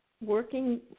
working